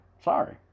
Sorry